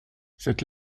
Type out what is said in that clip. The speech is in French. cette